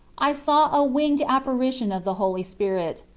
i saw a winged apparition of the holy spirit,